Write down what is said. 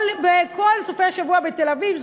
כל סופי השבוע בתל-אביב,